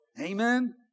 Amen